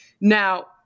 Now